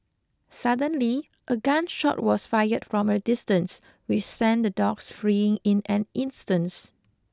suddenly a gun shot was fired from a distance which sent the dogs fleeing in an instance